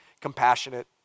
compassionate